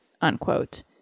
unquote